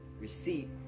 receipt